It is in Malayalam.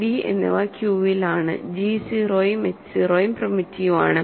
c d എന്നിവ Q ൽ ആണ് g 0 ഉം h 0 ഉം പ്രിമിറ്റീവ് ആണ്